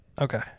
okay